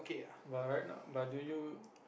but right now but do you